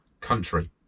country